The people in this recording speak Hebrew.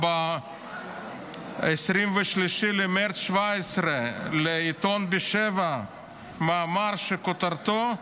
ב-23 במרץ 2017 הוא כתב לעיתון בשבע מאמר שכותרתו: